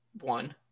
one